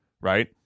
right